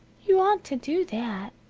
you oughtn't to do that.